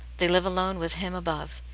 they live alone with him above,